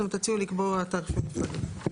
אתם תציעו לקבוע תעריפים נפרדים.